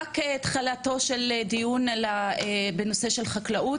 זהו רק תחילתו של דיון בנושא של חקלאות,